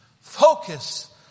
Focus